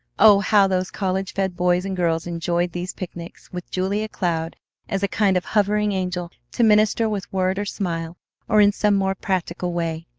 oh, how those college-fed boys and girls enjoyed these picnics, with julia cloud as a kind of hovering angel to minister with word or smile or in some more practical way,